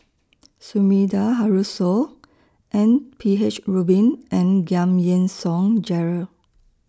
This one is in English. Sumida Haruzo M P H Rubin and Giam Yean Song Gerald